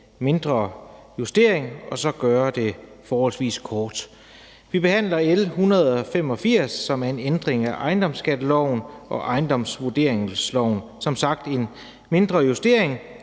mindre justering, at gøre det forholdsvis kort. Vi behandler L 185, som er en ændring af ejendomsskatteloven og ejendomsvurderingsloven. Det er som sagt en mindre justering,